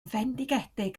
fendigedig